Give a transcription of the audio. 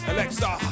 Alexa